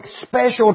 special